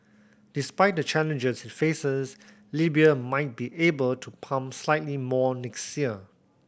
despite the challenges it faces Libya might be able to pump slightly more next year